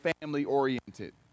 family-oriented